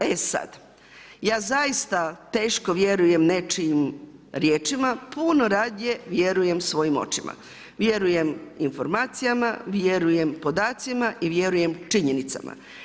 E sad, ja zaista teško vjerujem nečijim riječima, puno radije vjerujem svojim očima vjerujem informacijama, vjerujem podacima i vjerujem činjenicama.